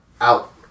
out